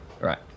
Right